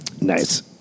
Nice